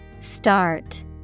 Start